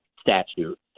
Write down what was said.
statute